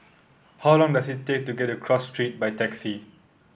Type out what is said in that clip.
how long does it take to get to Cross Street by taxi